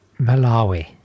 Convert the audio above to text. Malawi